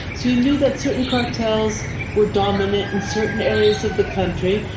so you knew that certain cartels were dominant in certain areas of the country.